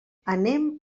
anem